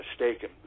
mistaken